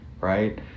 right